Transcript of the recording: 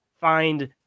find